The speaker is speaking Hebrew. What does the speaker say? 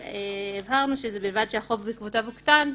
הבהרנו שזה "ובלבד שהחוב בעקבותיו הוקטן",